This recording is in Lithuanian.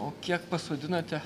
o kiek pasodinate